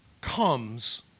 comes